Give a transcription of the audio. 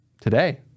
today